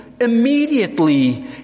Immediately